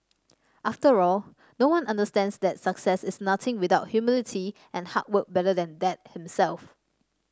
after all no one understands that success is nothing without humility and hard work better than Dad himself